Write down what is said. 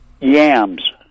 Yams